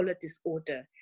disorder